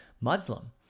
Muslim